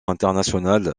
internationales